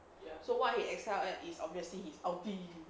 so what he excelled at is obviously his ulti